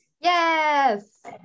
Yes